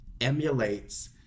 emulates